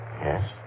Yes